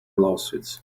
lawsuits